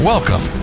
Welcome